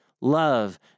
love